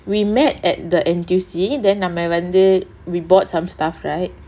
we met at the N_T_U_C then நம்ம வந்து:namma vanthu we bought some stuff right